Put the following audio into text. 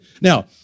Now